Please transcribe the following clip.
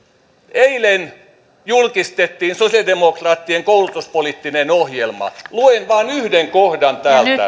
eilen julkistettiin sosialidemokraattien koulutuspoliittinen ohjelma luen vain yhden kohdan